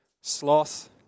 sloth